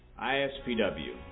ISPW